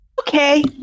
Okay